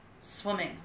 swimming